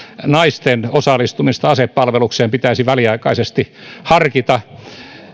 naisten osallistumista asepalvelukseen pitäisi väliaikaisesti harkita